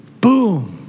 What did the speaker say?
Boom